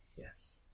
Yes